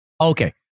okay